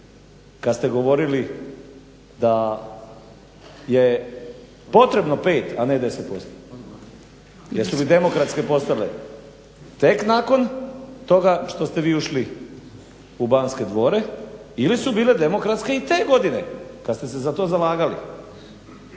kad ste govorili da je potrebno 5 a ne 10%, jesu li demokratske postale tek nakon toga nakon što ste vi ušli u Banske dvore ili su bile i demokratske i te godine kad ste se za to zalagali.